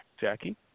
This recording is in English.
Jackie